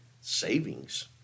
savings